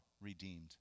redeemed